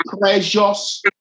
precious